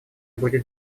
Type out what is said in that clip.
будет